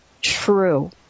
true